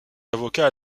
avocat